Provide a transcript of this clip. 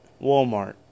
Walmart